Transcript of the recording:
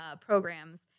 programs